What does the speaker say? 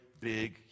big